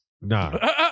Nah